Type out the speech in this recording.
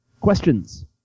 Questions